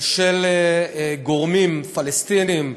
של גורמים פלסטיניים,